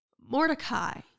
Mordecai